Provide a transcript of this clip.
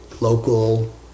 local